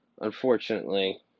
Unfortunately